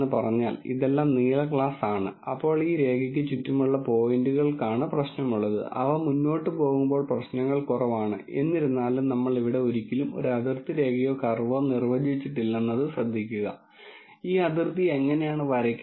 ഉദാഹരണമായി ലോകം 2 D ആണെങ്കിൽ നമുക്ക് ചെയ്യേണ്ടതെല്ലാം വെറും രണ്ട് ആട്രിബ്യൂട്ടുകൾ ഉപയോഗിച്ച് ചെയ്യാം രണ്ട് ആട്രിബ്യൂട്ടുകൾ നോക്കാം അത് ഒരു ക്ലാസ്സിഫിക്കേഷൻ പ്രോബ്ളമായാലും ഫംഗ്ഷൻ അപ്പ്രോക്സിമേഷൻ പ്രോബ്ളമായാലും എനിക്ക് അത് ദൃശ്യവൽക്കരിക്കാൻ കഴിയും ഞാൻ ആഗ്രഹിക്കുന്നതെന്തും വരയ്ക്കാം